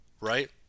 right